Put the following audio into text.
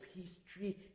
history